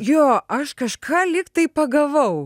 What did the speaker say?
jo aš kažką lyg tai pagavau